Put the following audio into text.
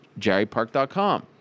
jerrypark.com